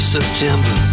September